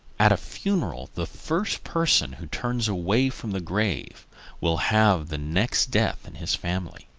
at a funeral the first person who turns away from the grave will have the next death in his family.